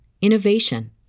innovation